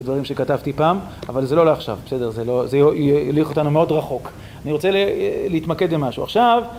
דברים שכתבתי פעם, אבל זה לא עולה עכשיו, בסדר, זה יהיה יוליך אותנו מאוד רחוק, אני רוצה להתמקד במשהו. עכשיו